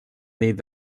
nit